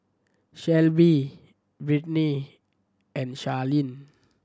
Shelbi Brittaney and Charleen